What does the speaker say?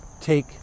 take